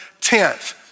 tenth